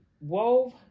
wove